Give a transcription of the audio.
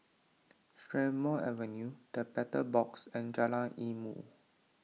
Strathmore Avenue the Battle Box and Jalan Ilmu